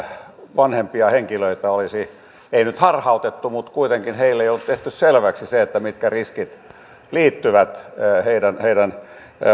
vanhempia henkilöitä olisi ei nyt harhautettu mutta kuitenkaan heille ei oltu tehty selväksi sitä mitkä riskit liittyvät heidän heidän